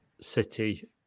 city